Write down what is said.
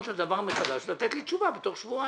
את הדבר מחדש ולתת לי תשובה בתוך שבועיים.